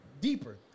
deeper